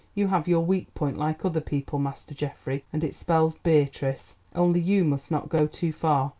you have your weak point like other people, master geoffrey and it spells beatrice. only you must not go too far.